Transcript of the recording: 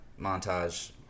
montage